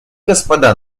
господа